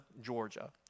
Georgia